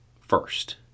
first